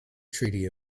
treaty